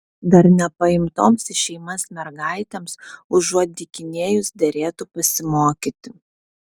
dar nepaimtoms į šeimas mergaitėms užuot dykinėjus derėtų pasimokyti